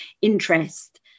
interest